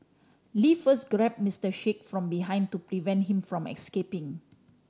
Lee first grabbed Mister Sheikh from behind to prevent him from escaping